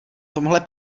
tomhle